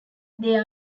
they